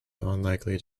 unlikely